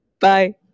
Bye